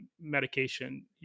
medication